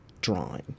drawing